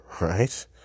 right